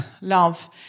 love